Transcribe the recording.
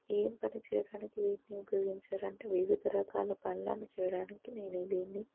ఏం పని చేయడానికి వీటిని ఉపయోగించాలంటే వివిధ రకాల పనులను చేయడానికి నేను దీన్ని